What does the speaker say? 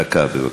דקה, בבקשה.